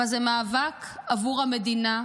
אבל זה מאבק עבור המדינה,